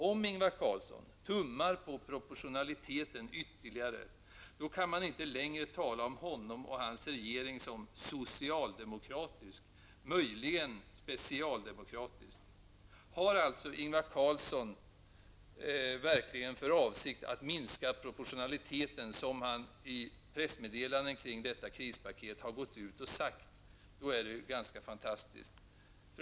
Om Ingvar Carlsson tummar på proportionaliteten ytterligare, då kan man inte längre tala om honom och hans regering som socialdemokratisk, möjligen specialdemokratisk. Har alltså Ingvar Carlsson verkligen för avsikt att minska proportionaliteten, som han i pressmeddelanden kring krispaketet har sagt? Då är det ju ganska fantastiskt.